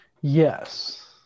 Yes